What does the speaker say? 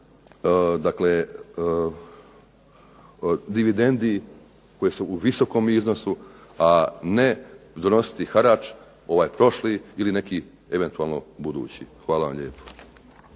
i dividendi koje su u visokom iznosu, a ne donositi harač ovaj prošli ili neki eventualno budući. Hvala vam lijepo.